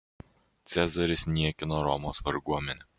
cezaris niekino romos varguomenę